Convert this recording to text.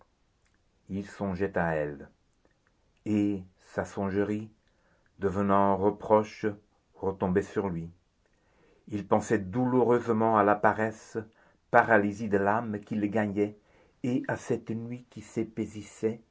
il songeait à elle et sa songerie devenant reproche retombait sur lui il pensait douloureusement à la paresse paralysie de l'âme qui le gagnait et à cette nuit qui s'épaississait